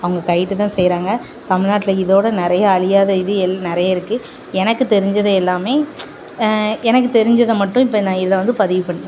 அவங்க கையிட்டு தான் செய்கிறாங்க தமிழ்நாட்ல இதோடய நிறையா அழியாத இது எல் நிறைய இருக்குது எனக்கு தெரிஞ்சது எல்லாம் எனக்கு தெரிஞ்சதை மட்டும் இப்போ நான் இதை வந்து பதிவு பண்ணுறேன்